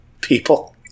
people